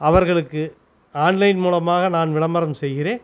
அவர்களுக்கு ஆன்லைன் மூலமாக நான் விளம்பரம் செய்கிறேன்